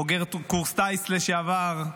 בוגר קורס טיס לשעבר,